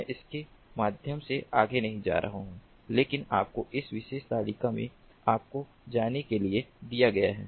मैं उनके माध्यम से आगे नहीं जा रहा हूं लेकिन आपको इस विशेष तालिका में आपको जाने के लिए दिया गया है